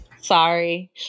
sorry